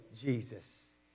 Jesus